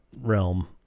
realm